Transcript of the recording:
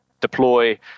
deploy